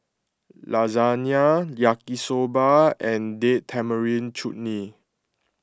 Lasagne Yaki Soba and Date Tamarind Chutney